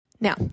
Now